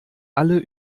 alle